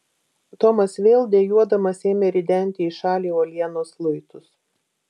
tomas vėl dejuodamas ėmė ridenti į šalį uolienos luitus